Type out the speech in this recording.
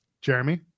Jeremy